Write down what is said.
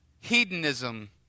hedonism